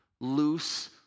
loose